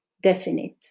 definite